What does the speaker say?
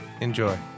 Enjoy